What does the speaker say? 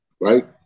right